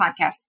podcast